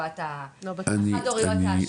שכבת החד הוריות.